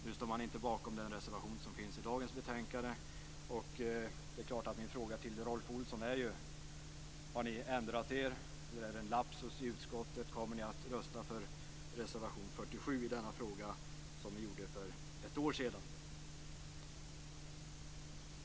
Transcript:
Nu står man inte bakom den reservation som finns till dagens betänkande. Min fråga till Rolf Olsson blir då: Har ni ändrat er? Är det en lapsus i utskottet? Kommer ni att rösta för reservation nr 47 i denna fråga på samma sätt som ni gjorde för ett år sedan?